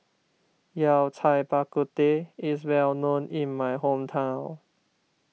Yao Cai Bak Kut Teh is well known in my hometown